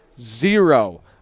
zero